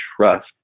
trust